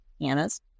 Anna's